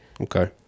Okay